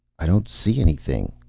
i don't see anything,